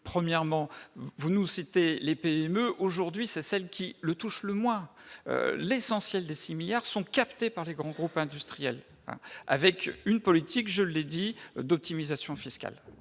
premièrement vous nous citez les PME aujourd'hui, c'est celle qui le touche le moins l'essentiel des 6 milliards sont captées par les grands groupes industriels avec une politique, je l'ai dit d'optimisation fiscale